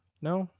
No